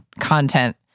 content